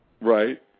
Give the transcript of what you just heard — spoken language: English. Right